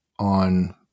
on